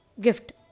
gift